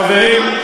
חברים,